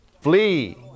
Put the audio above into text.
flee